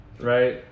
Right